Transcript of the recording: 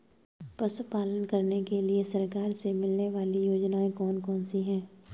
पशु पालन करने के लिए सरकार से मिलने वाली योजनाएँ कौन कौन सी हैं?